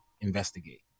investigate